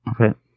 Okay